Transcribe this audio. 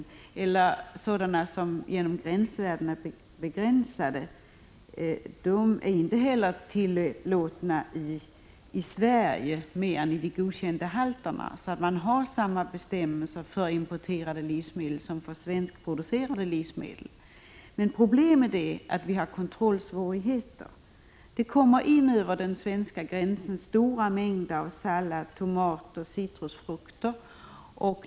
Importerade livsmedel får således inte innehålla bekämpningsmedel som är förbjudna i Sverige och inte heller högre halter av bekämpningsmedel än dem som vi tillåter för svenska livsmedel. Problemet är våra kontrollsvårigheter. Över den svenska gränsen kommer stora mängder av sallad, tomater och citrusfrukter.